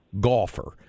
golfer